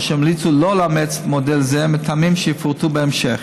והן המליצו שלא לאמץ מודל זה מהטעמים שיפורטו בהמשך.